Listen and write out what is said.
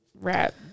rap